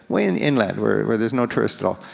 way and inland where where there's no tourists at all,